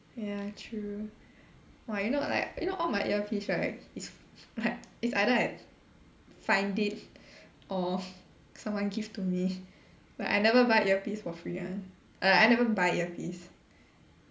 ya true !wah! you know like you know all my earpiece right is like it's either I find it or someone give to me but I never buy earpiece for free [one] err I never buy earpiece